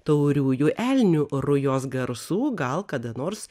tauriųjų elnių rujos garsų gal kada nors